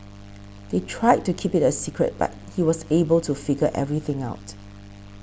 they tried to keep it a secret but he was able to figure everything out